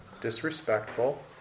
disrespectful